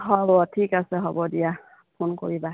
হ'ব ঠিক আছে হ'ব দিয়া ফোন কৰিবা